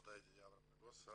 תודה ידידי אברהם נגוסה,